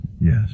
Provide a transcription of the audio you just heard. Yes